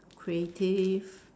creative